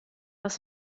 das